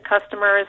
customers